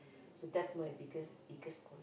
so that's my biggest biggest one